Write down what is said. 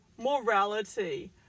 morality